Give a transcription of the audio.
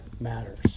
matters